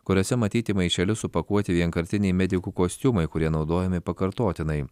kuriose matyti į maišelius supakuoti vienkartiniai medikų kostiumai kurie naudojami pakartotinai